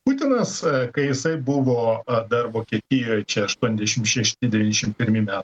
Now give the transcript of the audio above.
putinas kai jisai buvo dar vokietijoj čia aštuondešim šešti devyndešim pirmi metai